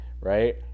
Right